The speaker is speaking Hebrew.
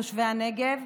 תושבי הנגב,